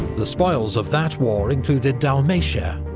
the spoils of that war included dalmatia,